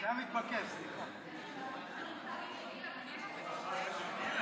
השימוש בשקיות נשיאה חד-פעמיות (תיקון,